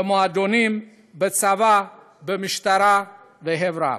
במועדונים, בצבא, במשטרה, בחברה.